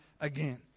again